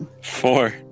Four